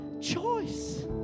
choice